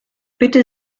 bitte